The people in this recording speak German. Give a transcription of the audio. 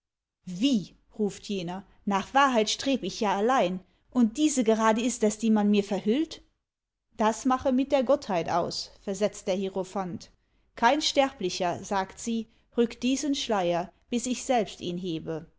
wie ruft jener nach wahrheit streb ich ja allein und diese gerade ist es die man mir verhüllt das mache mit der gottheit aus versetzt der hierophant kein sterblicher sagt sie rückt diesen schleier bis ich selbst ihn hebe